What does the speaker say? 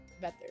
better